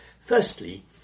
Firstly